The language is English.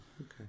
Okay